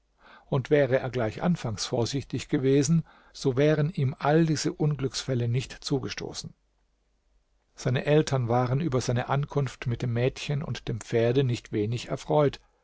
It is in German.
und wäre er gleich anfangs vorsichtig gewesen so wären ihm alle diese unglücksfälle nicht zugestoßen seine eltern waren über seine ankunft mit dem mädchen und dem pferde nicht wenig erfreut